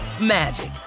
magic